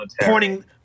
Pointing